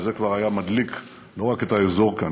וזה כבר היה מדליק לא רק את האזור כאן,